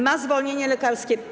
Ma zwolnienie lekarskie.